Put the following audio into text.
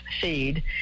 feed